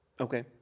Okay